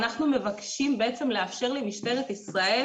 אנחנו מבקשים בעצם לאפשר למשטרת ישראל